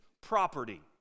property